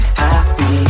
happy